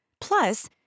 Plus